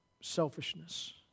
selfishness